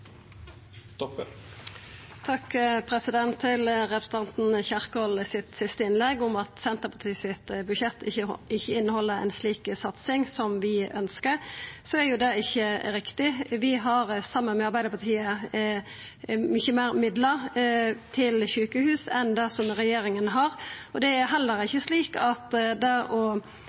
at Senterpartiet sitt budsjett ikkje inneheld ei slik satsing som vi ønskjer: Det er ikkje riktig. Vi har saman med Arbeidarpartiet mykje meir midlar til sjukehus enn det regjeringa har, og det er heller ikkje slik at det å